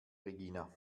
regina